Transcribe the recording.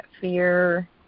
fear